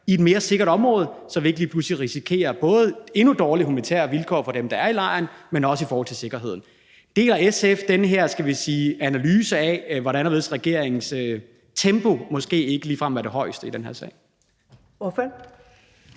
i et mere sikkert område, så vi ikke lige pludselig risikerer at få endnu dårligere humanitære vilkår for dem, der er i lejren, men også noget i forhold til sikkerheden. Deler SF den her analyse af, at regeringens tempo måske ikke ligefrem er det højeste i den her sag?